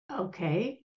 okay